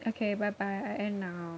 ok bye bye I end now